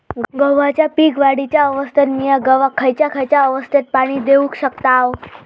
गव्हाच्या पीक वाढीच्या अवस्थेत मिया गव्हाक खैयचा खैयचा अवस्थेत पाणी देउक शकताव?